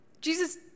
Jesus